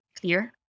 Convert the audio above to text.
clear